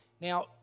Now